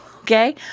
okay